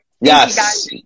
Yes